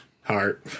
Heart